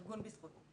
בזכות.